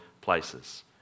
places